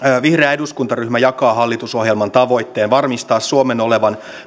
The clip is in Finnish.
vihreä eduskuntaryhmä jakaa hallitusohjelman tavoitteen varmistaa suomen olevan